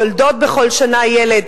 יולדות בכל שנה ילד,